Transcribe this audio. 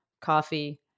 Coffee